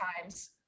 times